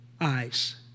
eyes